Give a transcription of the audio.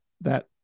that-